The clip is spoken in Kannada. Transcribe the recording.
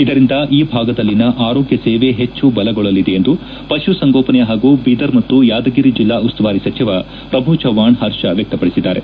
ಇದರಿಂದ ಈ ಭಾಗದಲ್ಲಿನ ಆರೋಗ್ಯ ಸೇವೆ ಹೆಚ್ಚು ಬಲಗೊಳ್ಳಲಿದೆ ಎಂದು ಪಶುಸಂಗೋಪನೆ ಹಾಗೂ ಬೀದರ್ ಮತ್ತು ಯಾದಗಿರಿ ಜಿಲ್ಲಾ ಉಸ್ತುವಾರಿ ಸಚಿವ ಪ್ರಭು ಚವ್ವಾಣ್ ಪರ್ಷ ವ್ಲಕ್ತಪಡಿಸಿದ್ದಾರೆ